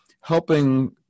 helping